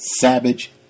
savage